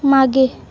मागे